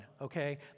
okay